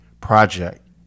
project